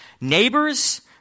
neighbors